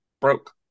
broke